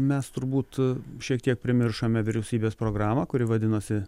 mes turbūt šiek tiek primiršome vyriausybės programą kuri vadinosi